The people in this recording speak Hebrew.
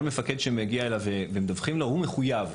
כל מפקד שמגיע אליו ומדווחים לו הוא מחויב.